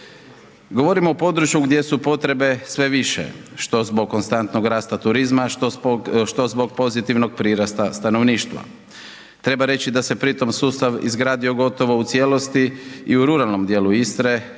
Govorimo o području gdje su potrebe sve više što zbog konstantnog rasta turizma što zbog pozitivnog prirasta stanovništva. Treba reći da se pri tome sustav izgradio gotovo u cijelosti i u ruralnom dijelu Istre